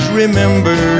remember